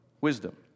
Wisdom